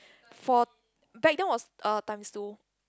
for back then was uh times two